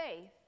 faith